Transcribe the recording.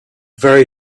very